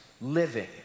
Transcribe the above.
living